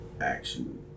action